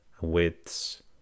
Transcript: widths